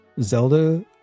Zelda